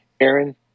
Aaron